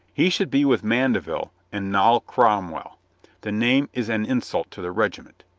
he should be with mande vil and noll cromwell. the name is an insult to the regiment.